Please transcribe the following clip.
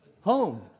home